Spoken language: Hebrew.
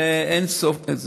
ואין סוף לזה.